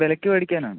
വിലയ്ക്ക് മേടിക്കാനാണ്